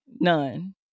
none